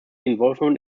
involvement